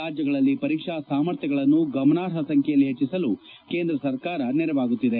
ರಾಜ್ಯಗಳಲ್ಲಿ ಪರೀಕ್ಷಾ ಸಾಮರ್ಥ್ಯಗಳನ್ನು ಗಮನಾರ್ಹ ಸಂಬ್ಯೆಯಲ್ಲಿ ಹೆಚ್ಚಿಸಲು ಕೇಂದ್ರ ಸರ್ಕಾರ ನೆರವಾಗುತ್ತಿದೆ